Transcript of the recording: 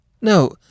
No